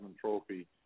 Trophy